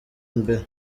imbere